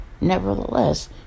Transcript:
nevertheless